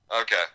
Okay